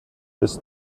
bis